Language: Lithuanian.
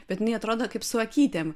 bet jinai atrodo kaip su akytėm